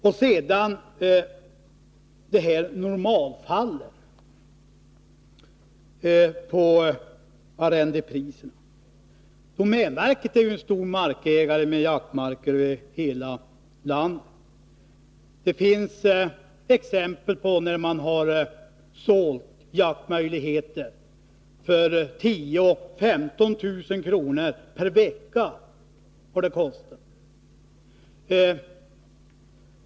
Arne Andersson talade om normalfallen när det gäller arrendepriserna. Domänverket är ju en stor markägare med jaktmarker över hela landet. Det finns exempel på att man sålt jakträtten för 10 000 å 15 000 kr. per vecka.